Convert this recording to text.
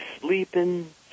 sleeping